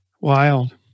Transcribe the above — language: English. Wild